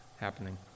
happening